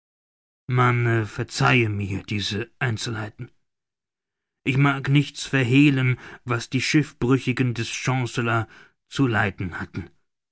man verzeihe mir diese einzelheiten ich mag nichts verhehlen was die schiffbrüchigen des chancellor zu leiden hatten